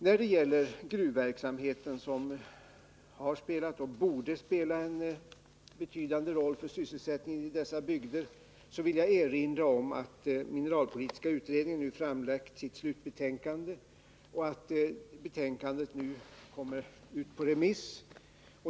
När det gäller gruvverksamheten, som har spelat — och borde spela — en betydande roll för sysselsättningen i dessa bygder, vill jag erinra om att mineralpolitiska utredningen nu har framlagt sitt slutbetänkande och att betänkandet nu skall ut på remiss.